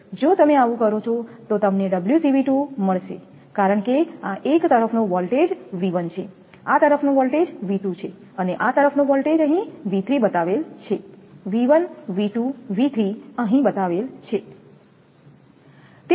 જો તમે આવું કરો છો તો તમને મળશે કારણ કે આ એક તરફનો વોલ્ટેજ V1 છે આ તરફનો વોલ્ટેજ V2 છે અને આ તરફનો વોલ્ટેજ અહીં V3 બતાવેલ છે V1 V2 V3 અહીં બતાવેલ છે